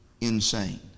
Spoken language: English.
insane